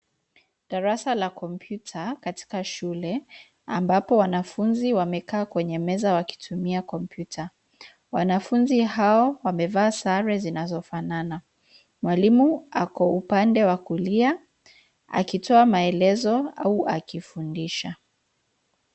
Darasa la kompyuta katika shule, ambapo wanafunzi wamekaa kwenye meza wakitumia kompyuta. Wanafunzi hao wamevaa sare zinazofanana. Mwalimu ako upande wa kulia, akitoa maelezo au akifundisha.